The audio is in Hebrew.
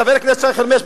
חבר הכנסת שי חרמש,